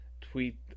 tweet